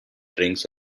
drinks